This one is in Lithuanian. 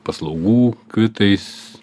paslaugų kvitais